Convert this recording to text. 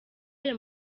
ayo